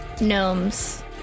gnomes